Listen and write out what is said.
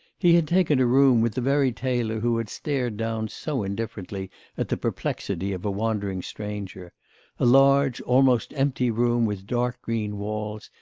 he had taken a room with the very tailor who had stared down so indifferently at the perplexity of a wandering stranger a large, almost empty room, with dark green walls,